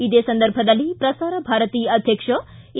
ಇದೇ ಸಂದರ್ಭದಲ್ಲಿ ಪ್ರಸಾರ ಭಾರತಿ ಅಧ್ವಕ್ಷ ಎ